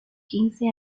quince